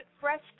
fresh